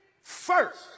first